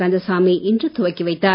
கந்தசாமி இன்று துவக்கி வைத்தார்